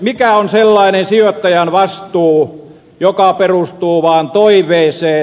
mikä on sellainen sijoittajan vastuu joka perustuu vaan toiveeseen